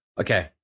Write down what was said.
Okay